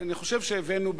אני חושב שהבאנו,